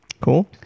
cool